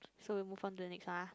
so we move on to the next one ah